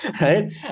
right